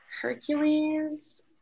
Hercules